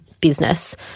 business